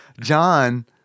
John